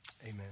amen